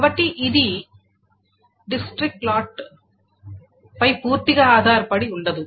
కాబట్టి ఇది district lot పై పూర్తిగా ఆధారపడి ఉండదు